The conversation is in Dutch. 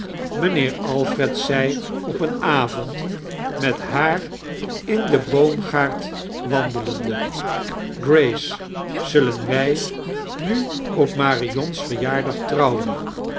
mijnheer alfred zei op een avond met haar in dea boomgaard wandetande graoev zullen wij nu op marion's verjaardag trouwen